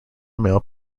male